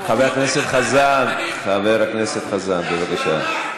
היא, חבר הכנסת חזן, חבר הכנסת חזן, בבקשה.